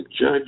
judge